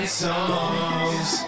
songs